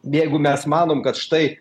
jeigu mes manom kad štai